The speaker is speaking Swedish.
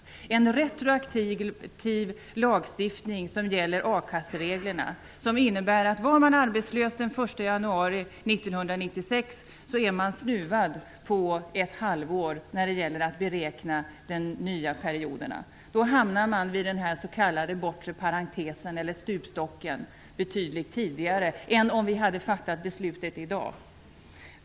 Det är en retroaktiv lagstiftning som gäller akassereglerna och som innebär att var man arbetslös den 1 januari 1996 så är man snuvad på ett halvår när det gäller att beräkna de nya perioderna. Då hamnar man vid den s.k. bortre parentesen eller stupstocken betydligt tidigare än om det beslut som kommer att fattas i dag gällt dem som blir arbetslösa fr.o.m. nu.